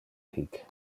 hic